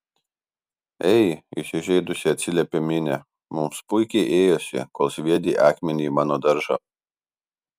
ei įsižeidusi atsiliepė minė mums puikiai ėjosi kol sviedei akmenį į mano daržą